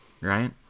right